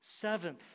Seventh